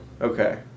Okay